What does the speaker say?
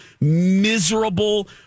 miserable